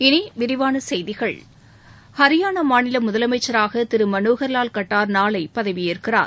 இனி விரிவான செய்திகள் ஹரியானா மாநில முதலமைச்சராக திரு மனோகா லால் கட்டார் நாளை பதவியேற்கிறார்